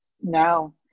No